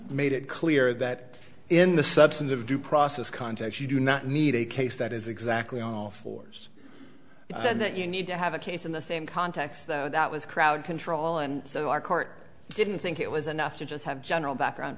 made it clear that in the substantive due process context you do not need a case that is exactly on all fours and that you need to have a case in the same context though that was crowd control and so our court didn't think it was enough to just have general background